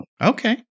Okay